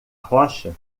rocha